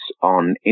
on